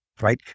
right